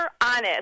honest